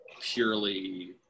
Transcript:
purely